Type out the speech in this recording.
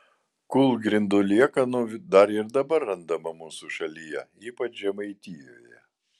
kūlgrindų liekanų dar ir dabar randama mūsų šalyje ypač žemaitijoje